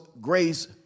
grace